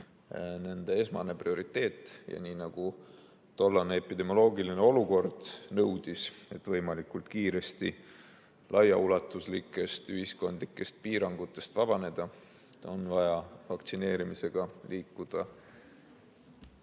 nende esmane prioriteet, ja nii nagu tollane epidemioloogiline olukord nõudis, on selleks, et võimalikult kiiresti laiaulatuslikest ühiskondlikest piirangutest vabaneda, vaja vaktsineerimisega liikuda